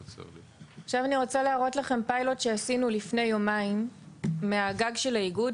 עכשיו אני רוצה להראות לכם פיילוט שעשינו לפני יומיים מהגג של האיגוד,